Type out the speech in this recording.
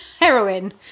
heroine